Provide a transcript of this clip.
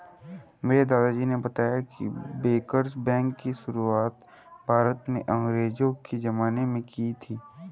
मेरे दादाजी ने बताया की बैंकर्स बैंक की शुरुआत भारत में अंग्रेज़ो के ज़माने में की थी